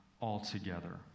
altogether